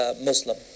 Muslim